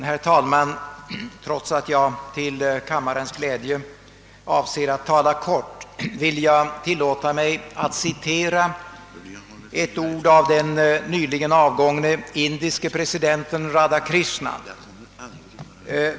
Herr talman! Trots att jag till kammarens glädje avser att endast hålla ett kort anförande, vill jag tillåta mig att citera ett ord av den nyligen avgångne indiske presidenten Radakrishnan.